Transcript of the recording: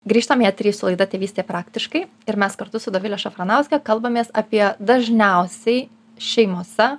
grįžtam į eterį su laida tėvystė praktiškai ir mes kartu su dovile šafranauske kalbamės apie dažniausiai šeimose